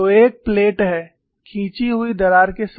तो एक प्लेट है खींची हुयी दरार के साथ